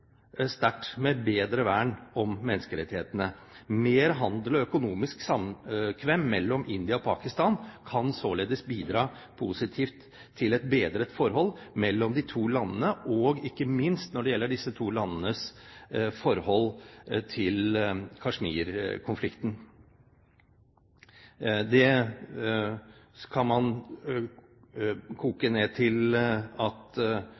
sterkt med bedre vern om menneskerettighetene. Mer handel og økonomisk samkvem mellom India og Pakistan kan således bidra positivt til et bedret forhold mellom de to landene og ikke minst når det gjelder disse to landenes forhold til Kashmir-konflikten. Det kan man koke